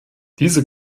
diese